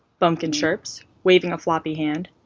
bumpkin chirps, waving a floppy hand.